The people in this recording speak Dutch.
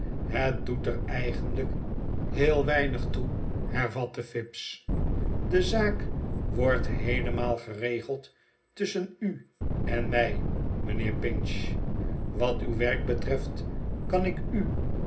het doet er eigenlijk heel weinig toe hervatte fips de zaak wordt heelemaal geregeld tusschen u en mij mijnheer pinch wat uw werk betreft kan ik u